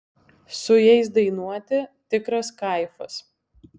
su jais dainuoti tikras kaifas